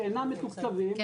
שאינם מתוקצבים,